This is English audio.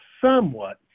somewhat